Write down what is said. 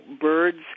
birds